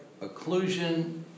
occlusion